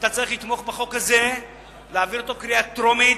אתה צריך לתמוך בחוק הזה בקריאה הטרומית,